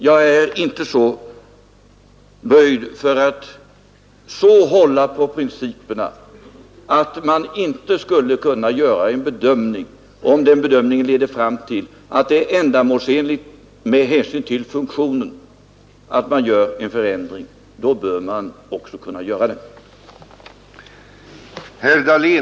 Jag är inte böjd att så hålla på principerna att jag inte tycker att man kan göra en bedömning, och om man vid den bedömningen kommer fram till att det är ändamålsenligt med hänsyn till funktionen att man företar en förändring, då bör man också kunna göra den.